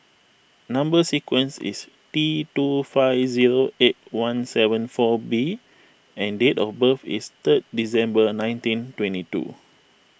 Number Sequence is T two five zero eight one seven four B and date of birth is three December nineteen twenty two